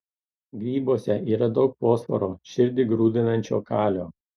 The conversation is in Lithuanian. grybuose yra daug fosforo širdį grūdinančio kalio